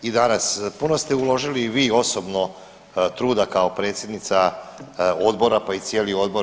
I danas puno ste uložili i vi osobno truda kao predsjednica Odbora, pa i cijeli Odbor.